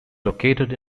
located